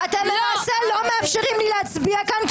אתם לא מאפשרים לי להצביע כאן,